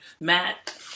Matt